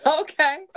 Okay